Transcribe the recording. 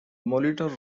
molitor